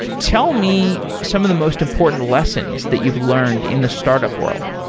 tell me some of the most important lessons that you've learned in the startup world.